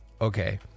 okay